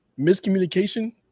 miscommunication